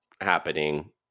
happening